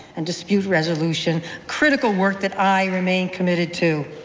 and dispute resolution, critical work that i remain committed to.